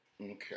okay